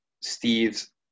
Steve's